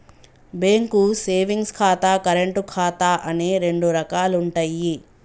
bank savings ఖాతా, current ఖాతా అని రెండు రకాలుంటయ్యి